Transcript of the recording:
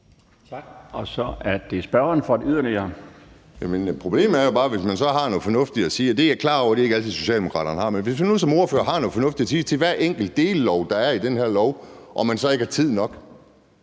Tak. Så er det spørgeren. Kl. 13:56 Kim Edberg Andersen (NB): Problemet er jo bare, at hvis man så har noget fornuftigt at sige, og det er jeg klar over at Socialdemokraterne ikke altid har, men hvis man nu som ordfører har noget fornuftigt at sige til hvert enkelt delelement, der er i det her lovforslag, og man så ikke har tid nok,